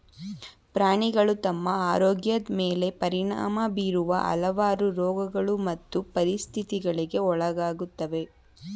ಪ್ರಾಣಿಗಳು ತಮ್ಮ ಆರೋಗ್ಯದ್ ಮೇಲೆ ಪರಿಣಾಮ ಬೀರುವ ಹಲವಾರು ರೋಗಗಳು ಮತ್ತು ಪರಿಸ್ಥಿತಿಗಳಿಗೆ ಒಳಗಾಗುತ್ವೆ